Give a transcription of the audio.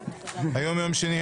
היום יום שני,